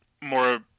more